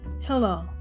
Hello